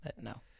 No